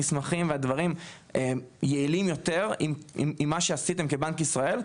הדברים והמסמכים יעלים יותר עם מה שעשיתם בבנק ישראל.